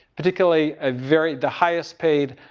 particularly, a very, the highest paid,